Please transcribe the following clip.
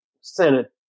Senate